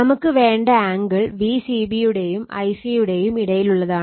നമുക്ക് വേണ്ട angle Vcb യുടെയും Ic യുടെയും ഇടയിലുള്ളതാണ്